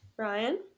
Ryan